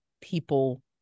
people